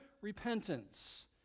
repentance